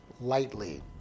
lightly